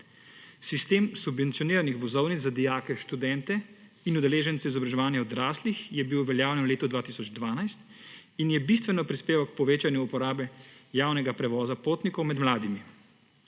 Sistem subvencioniranih vozovnic za dijake, študente in udeležence izobraževanja odraslih je bil uveljavljen v letu 2012 in je bistveno prispeval k povečanju uporabe javnega prevoza potnikov med mladimi.